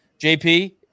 jp